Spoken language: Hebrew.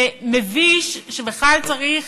זה מביש שבכלל צריך